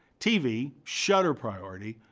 tv shutter priority,